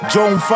John